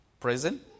Prison